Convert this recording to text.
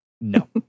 No